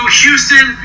Houston